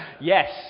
Yes